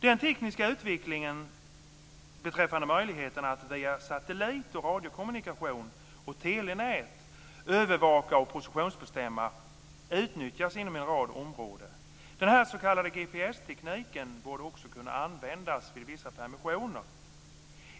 Den tekniska utvecklingen beträffande möjligheterna att via satellit, radiokommunikation och telenät övervaka och positionsbestämma utnyttjas inom en rad områden. Denna s.k. GPS-teknik borde också kunna användas vid vissa permissioner.